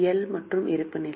L மற்றும் இருப்புநிலை